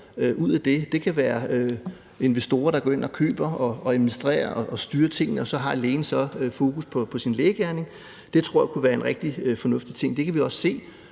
at der er investorer, der går ind og køber og administrerer og styrer tingene, og så har lægen så fokus på sin lægegerning. Det tror jeg kunne være en rigtig fornuftig ting. Og det kan vi også se.